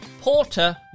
Porter